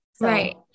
right